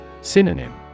Synonym